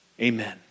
Amen